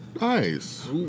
Nice